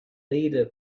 leader